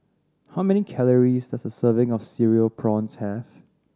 how many calories does a serving of Cereal Prawns have